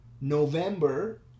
November